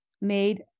made